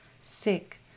sick